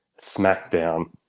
SmackDown